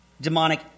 demonic